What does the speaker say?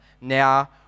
now